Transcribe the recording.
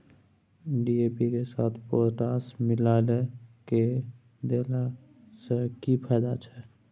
DAP के साथ potash मिललय के देला स की फायदा छैय?